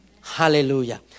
Hallelujah